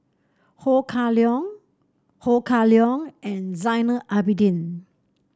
Ho Kah Leong Ho Kah Leong and Zainal Abidin